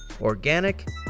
organic